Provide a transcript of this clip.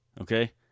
Okay